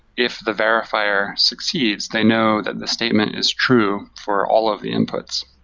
if the verifier succeeds, they know that the statement is true for all of the inputs.